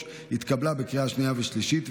התקבלה בקריאה שנייה ושלישית,